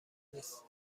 نیست